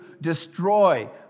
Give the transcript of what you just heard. destroy